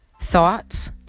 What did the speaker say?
thoughts